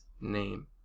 name